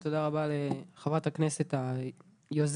תודה רבה לחברת הכנסת אימאן ח'טיב יאסין,